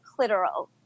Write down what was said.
clitoral